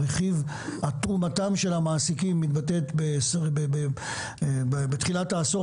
תרומתם של המעסיקים מתבטאת בתחילת העשור